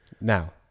Now